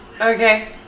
Okay